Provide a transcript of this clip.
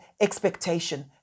expectation